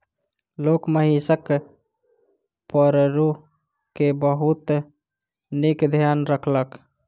लोक महिषक पड़रू के बहुत नीक ध्यान रखलक